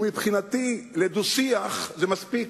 ומבחינתי לדו-שיח זה מספיק,